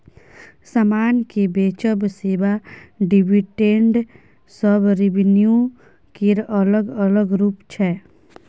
समान केँ बेचब, सेबा, डिविडेंड सब रेवेन्यू केर अलग अलग रुप छै